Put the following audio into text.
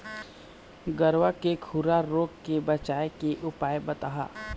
गरवा के खुरा रोग के बचाए के उपाय बताहा?